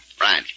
Right